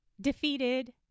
defeated